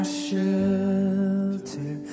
shelter